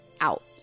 out